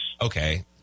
Okay